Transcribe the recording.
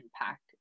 impact